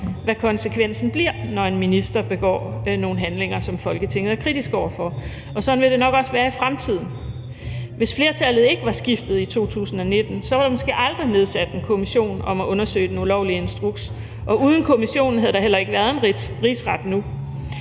hvad konsekvensen bliver, når en minister begår nogle handlinger, som Folketinget er kritisk over for. Sådan vil det nok også være i fremtiden. Hvis flertallet ikke var skiftet i 2019, var der måske aldrig blevet nedsat en kommission om at undersøge den ulovlige instruks, og uden kommissionen havde der heller ikke været en rigsret nu.